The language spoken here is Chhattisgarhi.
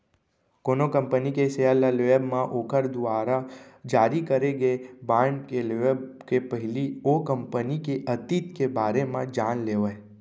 कोनो कंपनी के सेयर ल लेवब म ओखर दुवारा जारी करे गे बांड के लेवब के पहिली ओ कंपनी के अतीत के बारे म जान लेवय